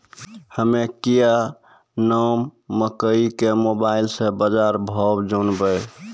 हमें क्या नाम मकई के मोबाइल से बाजार भाव जनवे?